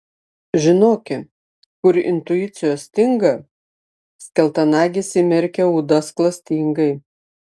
žinoki kur intuicijos stinga skeltanagis įmerkia ūdas klastingai